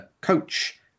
coach